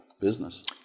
business